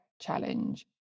challenge